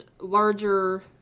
larger